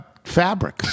Fabric